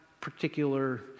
particular